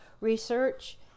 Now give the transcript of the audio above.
research